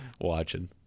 watching